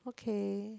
okay